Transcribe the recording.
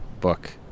book